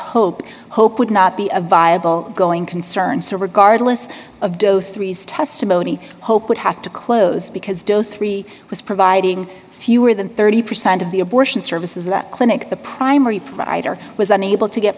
hope hope would not be a viable going concern so regardless of doe three is testimony hope would have to close because don't three was providing fewer than thirty percent of the abortion services that clinic the primary provider was unable to get